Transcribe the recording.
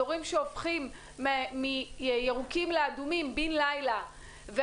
באזורים שהופכים מירוקים לאדומים בין לילה,